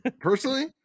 Personally